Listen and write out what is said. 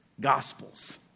gospels